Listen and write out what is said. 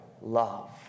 love